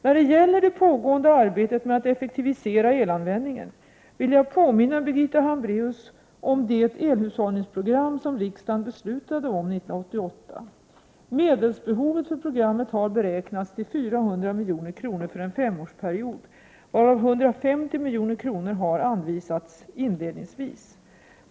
När det gäller det pågående arbetet med att effektivisera elanvändningen vill jag påminna Birgitta Hambraeus om det elhushållningsprogram som riksdagen beslutade om år 1988. Medelsbehovet för programmet har beräknats till 400 milj.kr. för en femårsperiod, varav 150 milj.kr. har anvisats inledningsvis.